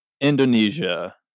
Indonesia